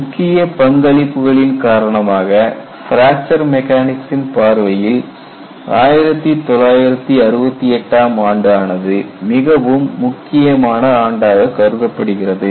முக்கிய பங்களிப்புகளின் காரணமாக பிராக்சர் மெக்கானிக்சின் பார்வையில் 1968 ஆம் ஆண்டு ஆனது மிகவும் முக்கியமான ஆண்டாக கருதப்படுகிறது